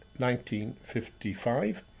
1955